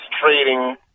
trading